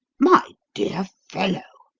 my dear fellow!